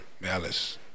Malice